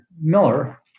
Miller